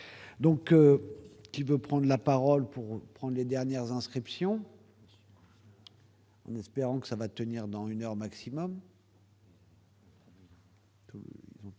donc qui veut prendre la parole pour prendre les dernières inscriptions. En espérant que cela va tenir dans une heure maximum.